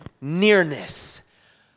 Nearness